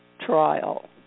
trial